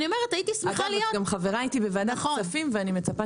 את גם חברה איתי בוועדת כספים ואני מצפה